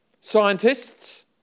Scientists